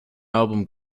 album